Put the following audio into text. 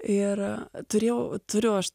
ir turėjau turiu aš